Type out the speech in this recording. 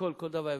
ולשקול כל דבר.